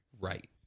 Right